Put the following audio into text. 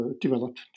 developed